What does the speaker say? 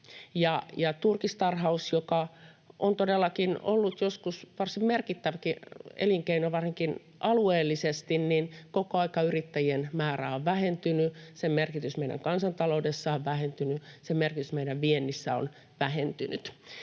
Turkistarhaus on todellakin ollut joskus varsin merkittäväkin elinkeino varsinkin alueellisesti, mutta koko ajan yrittäjien määrä on vähentynyt, sen merkitys meidän kansantaloudessa on vähentynyt ja sen merkitys meidän viennissä on vähentynyt.